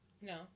No